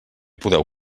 podeu